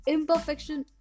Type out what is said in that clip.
Imperfection